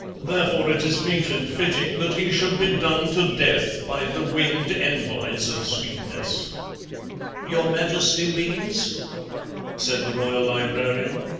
therefore it is meet and fitting that he should be done to death by the winged envoys of sweetness your majesty means said the royal librarian.